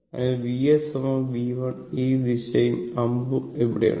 അതിനാൽ Vs V1 ഈ ദിശയും അമ്പും ഇവിടെയുണ്ട്